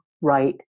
right